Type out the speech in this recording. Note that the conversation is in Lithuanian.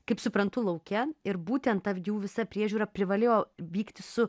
kaip suprantu lauke ir būtent jų visa priežiūra privalėjo vykti su